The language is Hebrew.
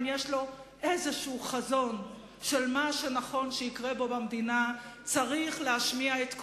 אם יש לו חזון כלשהו של מה שנכון שיקרה פה במדינה צריך להשמיע את קולו.